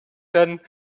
dann